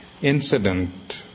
Incident